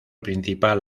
principal